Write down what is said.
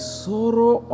sorrow